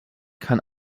kann